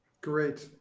great